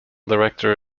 director